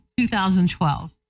2012